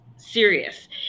Serious